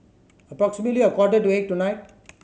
approximately a quarter to eight tonight